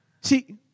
See